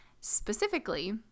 Specifically